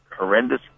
horrendous